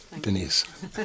Denise